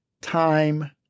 time